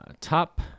Top